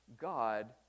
God